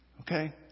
Okay